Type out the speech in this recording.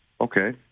Okay